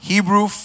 Hebrew